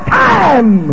time